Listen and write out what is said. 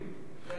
זה אני.